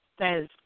says